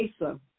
Asa